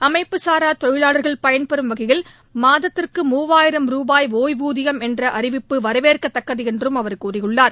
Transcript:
அமைப்புசாரா தொழிலாளா்கள் பயன்பெறும் வகையில் மாதத்திற்கு மூவாயிரம் ருபாய் ஒய்வூதியம் என்ற அவிப்பு வரவேற்கத்தக்கது என்றும் அவர் கூறியுள்ளார்